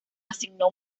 asignó